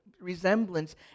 resemblance